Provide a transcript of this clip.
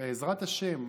שבעזרת השם,